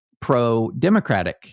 pro-Democratic